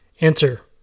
Answer